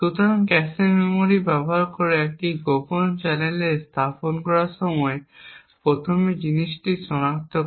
সুতরাং cache memory ব্যবহার করে একটি গোপন চ্যানেল স্থাপন করার সময় প্রথম জিনিসটি সনাক্ত করা